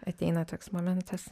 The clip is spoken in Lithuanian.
ateina toks momentas